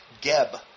Geb